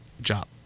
job